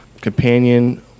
companion